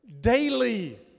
Daily